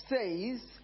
says